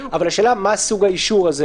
השאלה מה סוג האישור.